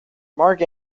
mark